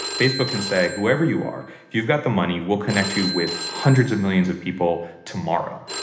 facebook can say whoever you are, if you've got the money, we'll connect you with hundreds of millions of people tomorrow.